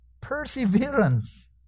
Perseverance